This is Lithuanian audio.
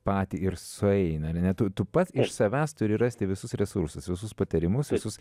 patį ir sueina ar ne tu pats iš savęs turi rasti visus resursus visus patarimus visus